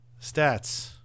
Stats